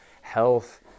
health